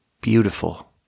beautiful